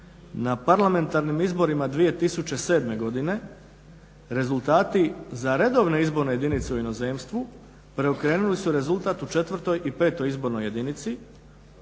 na parlamentarnim izborima 2007.godine rezultati za redovne izborne jedinice u inozemstvu preokrenuli su rezultat u 4. i 5. izbornoj jedinici